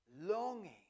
longing